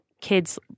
kids